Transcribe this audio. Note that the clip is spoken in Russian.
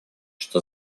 что